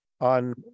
on